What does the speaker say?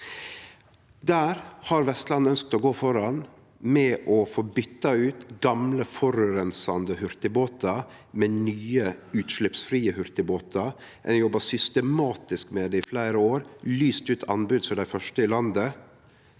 Der har Vestland ønskt å gå framføre med å få byte ut gamle forureinande hurtigbåtar med nye utsleppsfrie hurtigbåtar. Ein har jobba systematisk med det i fleire år og lyst ut anbod som dei første i landet.